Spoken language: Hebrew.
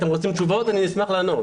אתם רוצים תשובות, אני אשמח לענות.